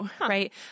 right